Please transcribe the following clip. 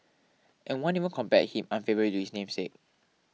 and one even compared him unfavourably to his namesake